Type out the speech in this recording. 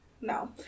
no